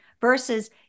versus